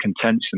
contention